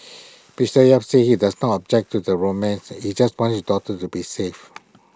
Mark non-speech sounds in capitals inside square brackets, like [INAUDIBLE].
[NOISE] be say yap said he does not object to the romance he just wants his daughter to be safe